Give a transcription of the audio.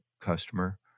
customer